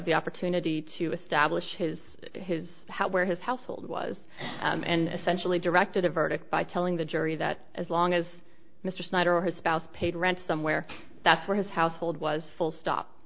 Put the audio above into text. the opportunity to establish his his house where his household was and centrally directed a verdict by telling the jury that as long as mr snyder or her spouse paid rent somewhere that's where his household was full stop